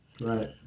Right